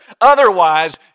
Otherwise